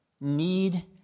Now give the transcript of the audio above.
need